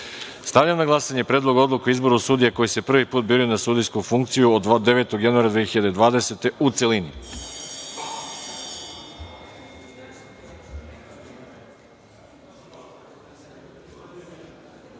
odluke. Stavljam na glasanje Predlog odluke o izboru sudija koje se prvi put biraju na sudijsku funkciju, od 9. januara 2020. godine,